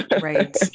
Right